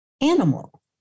animal